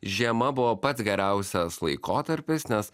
žiema buvo pats geriausias laikotarpis nes